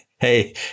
Hey